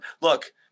look